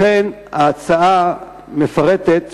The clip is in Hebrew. לכן, ההצעה מפרטת